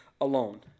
alone